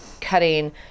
cutting